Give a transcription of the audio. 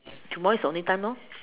tomorrow is the only time lor